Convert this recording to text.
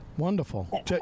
wonderful